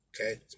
Okay